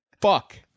Fuck